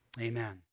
amen